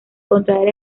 contraer